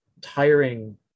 tiring